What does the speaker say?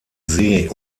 see